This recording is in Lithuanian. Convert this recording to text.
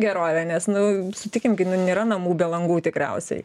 gerovę nes nu sutikim nėra namų be langų tikriausiai